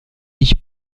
ich